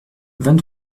vingt